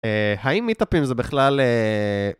האם מיטאפים זה בכלל אה...